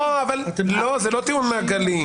לא, זה לא טיעון מעגלי.